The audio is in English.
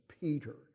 Peter